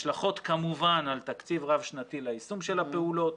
השלכות כמובן על תקציב רב-שנתי ליישום של הפעולות.